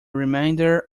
remainder